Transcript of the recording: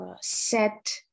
set